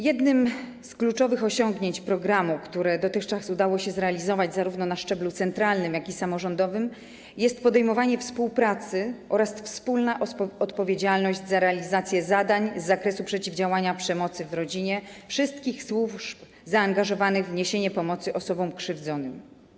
Jednym z kluczowych osiągnięć programu, tym, co dotychczas udało się uzyskać zarówno na szczeblu centralnym, jak i samorządowym, jest podejmowanie współpracy oraz wspólna odpowiedzialność za realizację zadań z zakresu przeciwdziałania przemocy w rodzinie wszystkich służb zaangażowanych w niesienie pomocy osobom krzywdzonym.